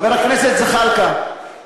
חבר הכנסת זחאלקה,